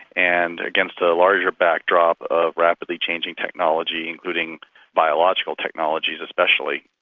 and against a larger backdrop of rapidly-changing technology, including biological technologies especially,